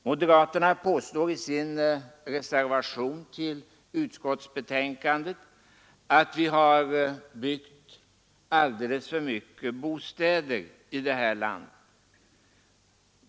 Moderaterna påstår i sin reservation vid utskottsbetänkandet att vi har alldeles för mycket bostäder i det här landet.